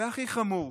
והכי חמור,